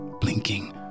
blinking